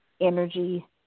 energy